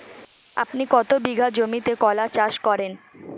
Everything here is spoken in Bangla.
আপনি কত বিঘা জমিতে কলা চাষ করেন?